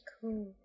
Cool